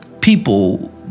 people